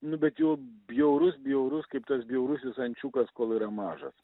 nu bet jau bjaurus bjaurus kaip tas bjaurusis ančiukas kol yra mažas